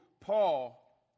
Paul